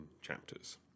chapters